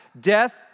death